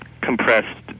compressed